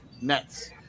Nets